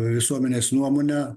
visuomenės nuomonę